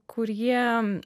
kur jie